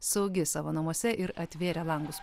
saugi savo namuose ir atvėrę langus